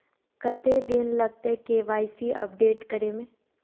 कते दिन लगते के.वाई.सी अपडेट करे में?